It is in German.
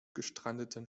gestrandeten